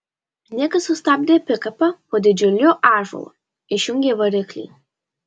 nikas sustabdė pikapą po didžiuliu ąžuolu išjungė variklį